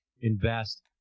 invest